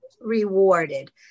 rewarded